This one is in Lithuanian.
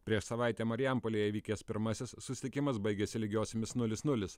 prieš savaitę marijampolėje vykęs pirmasis susitikimas baigėsi lygiosiomis nulis nulis